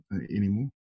anymore